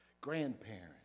grandparents